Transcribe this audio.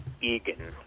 Egan